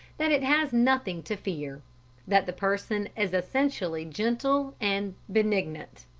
that it has nothing to fear that the person is essentially gentle and benignant.